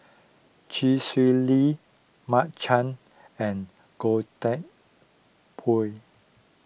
Chee Swee Lee Mark Chan and Goh Teck Phuan